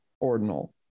ordinal